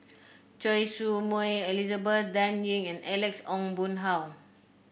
Choy Su Moi Elizabeth Dan Ying and Alex Ong Boon Hau